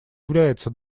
является